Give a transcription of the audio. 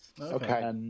Okay